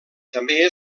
també